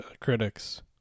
critics